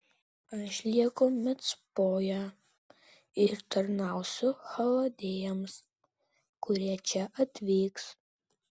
aš lieku micpoje ir tarnausiu chaldėjams kurie čia atvyks